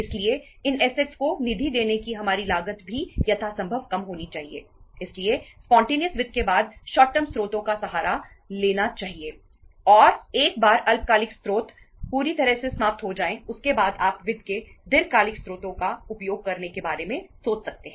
इसलिए इन ऐसेट वित्त के बाद शॉर्ट टर्म स्रोतों का सहारा लेना चाहिए और एक बार अल्पकालिक स्रोत पूरी तरह से समाप्त हो जाए उसके बाद आप वित्त के दीर्घकालिक स्रोतों का उपयोग करने के बारे में सोच सकते हैं